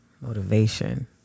motivation